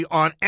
on